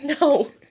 No